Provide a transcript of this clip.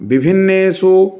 विभिन्नेषु